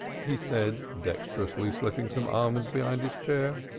he said, dexterously slipping some almonds behind his chair.